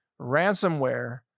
ransomware